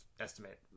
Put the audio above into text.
estimate